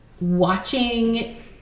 watching